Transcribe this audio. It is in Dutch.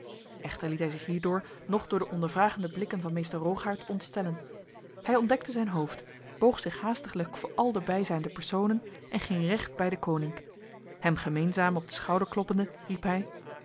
echter liet hij zich hierdoor noch door de ondervragende blikken van meester rogaert ontstellen hij ontdekte zijn hoofd boog zich haastiglijk voor al de bijzijnde personen en ging recht bij deconinck hem gemeenzaam op de schouder kloppende